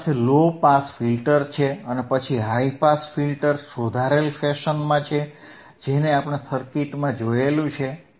તમારી પાસે low pass filter છે અને પછી હાઇ પાસ ફિલ્ટર સુધારેલ ફેશનમાં છે જેને આપણે સર્કિટમાં જોયું છે